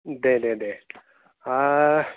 दे दे दे